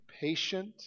patient